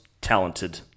talented